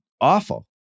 awful